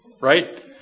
Right